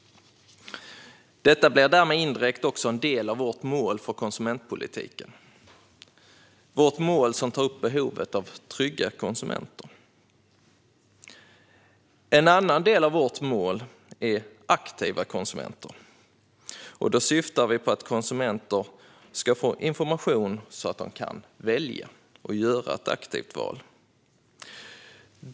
Detta blir därmed indirekt även en del av vårt mål för konsumentpolitiken - vårt mål som tar upp behovet av trygga konsumenter. En annan del av vårt mål är aktiva konsumenter. Då syftar vi på att konsumenter ska få information så att de kan göra ett aktivt val.